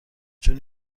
چون